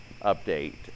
update